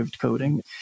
coding